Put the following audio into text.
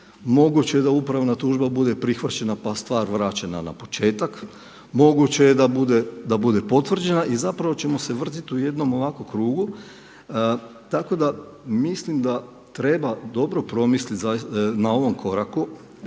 moguće da upravna tužba bude prihvaćena pa stvar vraćena na početak, moguće je da bude potvrđena. I zapravo ćemo se vratiti u jednom ovako krugu. Tako da mislim da treba dobro promisliti na ovom koraku.